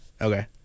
Okay